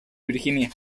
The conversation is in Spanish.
virginia